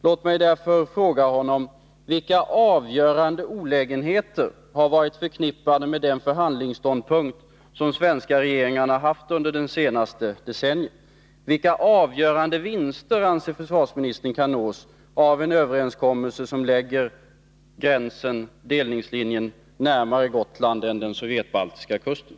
Låt mig därför fråga honom: Vilka avgörande olägenheter har varit förknippade med den förhandlingsståndpunkt som de svenska regeringarna haft under det senaste decenniet? Vilka avgörande vinster anser försvarsministern kan nås av en överenskommelse som lägger delningslinjen närmare Gotland än den sovjetbaltiska kusten?